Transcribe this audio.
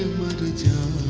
monday to